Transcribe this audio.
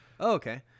Okay